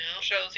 shows